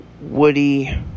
Woody